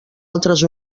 altres